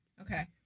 Okay